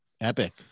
Epic